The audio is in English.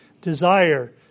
desire